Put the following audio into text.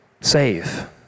save